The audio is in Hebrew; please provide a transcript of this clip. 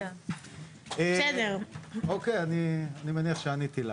אני מניח שעניתי לך.